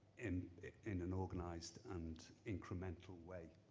and and an organized and incremental way.